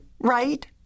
right